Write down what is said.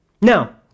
Now